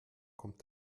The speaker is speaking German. kommt